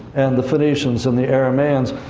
and the phoenicians, and the aramaeans.